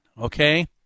okay